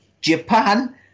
Japan